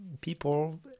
people